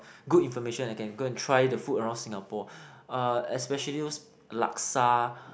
good information I can go and try the food around Singapore uh especially those laksa